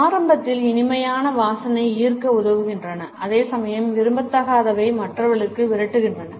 ஆரம்பத்தில் இனிமையான வாசனைகள் ஈர்க்க உதவுகின்றன அதே சமயம் விரும்பத்தகாதவை மற்றவர்களை விரட்டுகின்றன